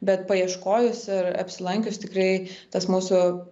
bet paieškojus ir apsilankius tikrai tas mūsų